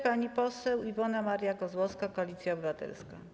Pani poseł Iwona Maria Kozłowska, Koalicja Obywatelska.